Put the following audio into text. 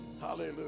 Hallelujah